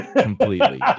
completely